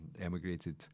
emigrated